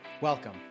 Welcome